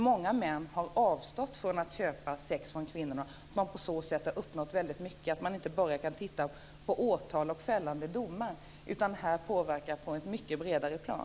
Många män har avstått från att köpa sex från kvinnorna. På så sätt har man uppnått väldigt mycket. Man kan inte bara se på åtal och fällande domar, utan här handlar det om en påverkan på ett mycket bredare plan.